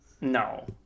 No